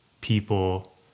people